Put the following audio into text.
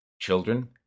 Children